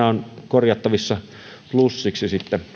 korjattavissa plussiksi